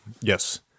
Yes